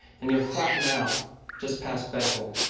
and you'll flatten out just past bethel.